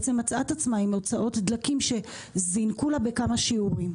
בעצם מצאה את עצמה עם הוצאות דלקים שזינקו לה בכמה שיעורים.